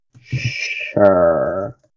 Sure